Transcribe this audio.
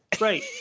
Right